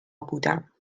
بودم